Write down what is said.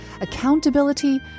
accountability